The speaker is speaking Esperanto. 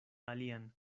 alian